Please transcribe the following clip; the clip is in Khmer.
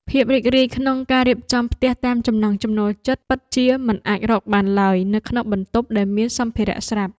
ភាពរីករាយក្នុងការរៀបចំផ្ទះតាមចំណង់ចំណូលចិត្តពិតជាមិនអាចរកបានឡើយនៅក្នុងបន្ទប់ដែលមានសម្ភារៈស្រាប់។